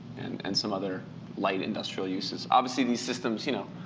and some other light industrial uses. obviously, these systems, you know,